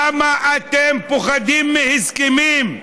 למה אתם פוחדים מהסכמים?